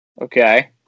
Okay